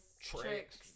tricks